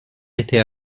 était